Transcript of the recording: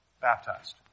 baptized